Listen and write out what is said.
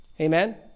Amen